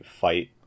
fight